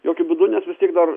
jokiu būdu nes vis tiek dar